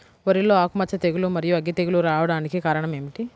వరిలో ఆకుమచ్చ తెగులు, మరియు అగ్గి తెగులు రావడానికి కారణం ఏమిటి?